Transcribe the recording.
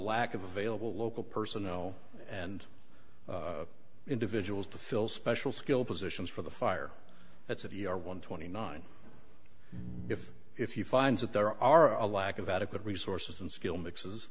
lack of available local personnel and individuals to fill special skill positions for the fire that's if you are one twenty nine if if you find that there are a lack of adequate resources and skill mixes